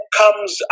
comes